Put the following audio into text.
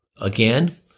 Again